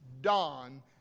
dawn